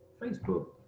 Facebook